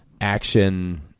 action